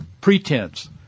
pretense